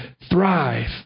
thrive